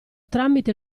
tramite